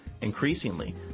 Increasingly